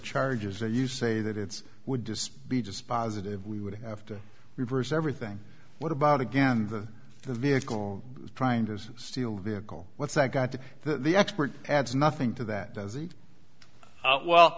charges that you say that it's would just be dispositive we would have to reverse everything what about again the vehicle trying to steal vehicle what's that got to the expert adds nothing to that doesn't well